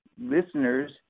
listeners